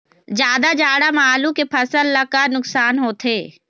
जादा जाड़ा म आलू के फसल ला का नुकसान होथे?